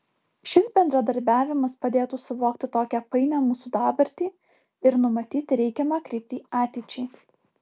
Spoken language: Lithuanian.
šis bendradarbiavimas padėtų suvokti tokią painią mūsų dabartį ir numatyti reikiamą kryptį ateičiai